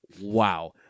Wow